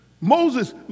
Moses